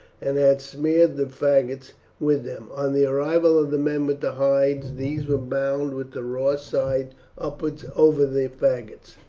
and had smeared the faggots with them. on the arrival of the men with the hides, these were bound with the raw side upwards over the faggots.